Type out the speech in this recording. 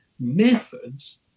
methods